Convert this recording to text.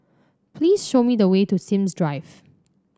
please show me the way to Sims Drive